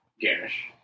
Garish